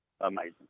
amazing